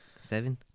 seven